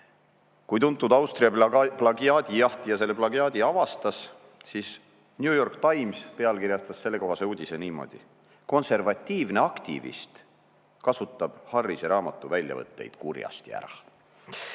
Kui tuntud Austria plagiaadijahtija selle plagiaadi avastas, pealkirjastas New York Times sellekohase uudise niimoodi: "Konservatiivne aktivist kasutab Harrise raamatu väljavõtteid kurjasti ära".